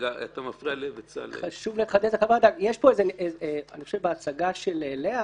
אני חושב שיש פה בהצגה של לאה